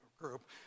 group